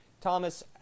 Thomas